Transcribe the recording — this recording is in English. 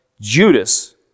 Judas